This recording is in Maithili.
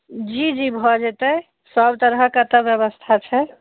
जी जी भऽ जेतै सब तरहके एतऽ व्यवस्था छै